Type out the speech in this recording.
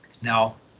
Now